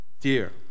Dear